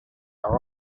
are